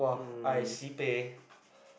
um